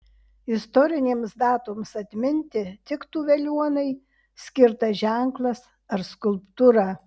istorinėms datoms atminti tiktų veliuonai skirtas ženklas ar skulptūra